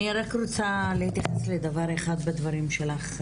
אני רק רוצה להתייחס לדבר אחד בדברים שלך,